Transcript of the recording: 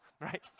right